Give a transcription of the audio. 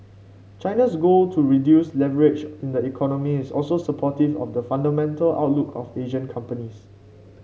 China's goal to reduce leverage in the economy is also supportive of the fundamental outlook of Asian companies